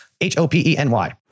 H-O-P-E-N-Y